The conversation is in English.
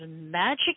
Magic